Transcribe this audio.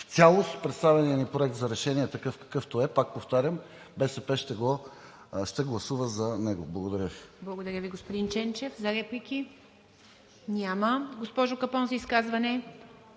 в цялост представяне на Проект за решение такъв, какъвто е. Пак повтарям, БСП ще гласува за него. Благодаря Ви. ПРЕДСЕДАТЕЛ ИВА МИТЕВА: Благодаря Ви, господин Ченчев. За реплики? Няма. Госпожо Капон, за изказване.